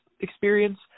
experience